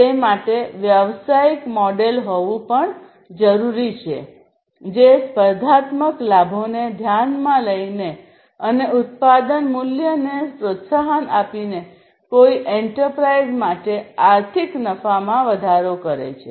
તે માટે વ્યવસાયિક મોડેલ હોવું પણ જરૂરી છે જે સ્પર્ધાત્મક લાભોને ધ્યાનમાં લઈને અને ઉત્પાદન મૂલ્યને પ્રોત્સાહન આપીને કોઈ એન્ટરપ્રાઇઝ માટે આર્થિક નફામાં વધારો કરશે